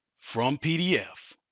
from pdf.